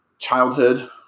childhood